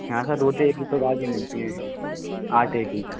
यहाँ सर रोटी एक ही प्रकार कि मिलती है आटे की